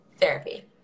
therapy